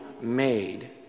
made